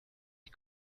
die